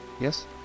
Yes